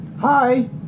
hi